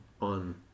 on